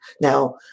Now